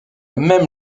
même